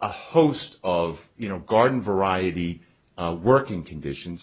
a host of you know garden variety working conditions